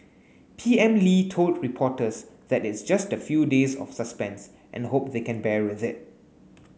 P M Lee told reporters that it's just a few days of suspense and hope they can bear with it